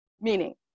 Meaning